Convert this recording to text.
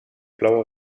blauer